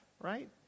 right